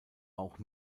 auch